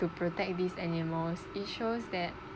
to protect these animals it shows that